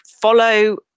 follow